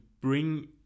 bring